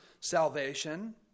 salvation